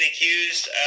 accused